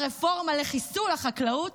הרפורמה לחיסול החקלאות,